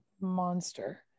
monster